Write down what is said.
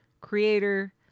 creator